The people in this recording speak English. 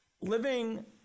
living